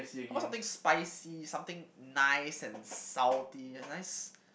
how about something spicy something nice and salty a nice